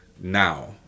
now